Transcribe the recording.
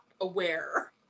aware